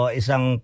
isang